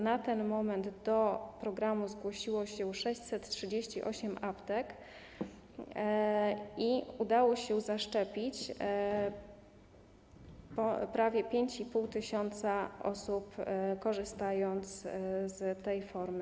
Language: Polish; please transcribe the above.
Na ten moment do programu zgłosiło się 638 aptek i udało się zaszczepić prawie 5,5 tys. osób, korzystając z tej formy.